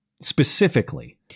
specifically